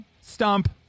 Stump